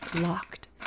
locked